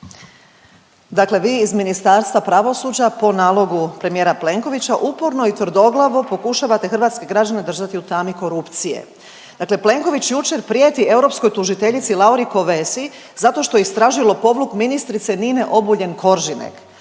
Dakle, vi iz Ministarstva pravosuđa po nalogu premijera Plenkovića uporno i tvrdoglavo pokušavate hrvatske građane držati u tami korupcije. Dakle, Plenković jučer prijeti europskoj tužiteljici Lauri Kövesi zato što istražila lopovluk ministrice Nine Obuljen Koržinek,